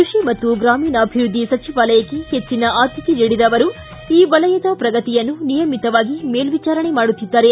ಕೃಷಿ ಮತ್ತು ಗ್ರಾಮೀಣಾಭಿವೃದ್ಧಿ ಸಚಿವಾಲಯಕ್ಕೆ ಹೆಚ್ಚಿನ ಆದ್ಯತೆ ನೀಡಿದ ಅವರು ಈ ವಲಯದ ಪ್ರಗತಿಯನ್ನು ನಿಯಮಿತವಾಗಿ ಮೇಲ್ವಿಚಾರಣೆ ಮಾಡುತ್ತಿದ್ದಾರೆ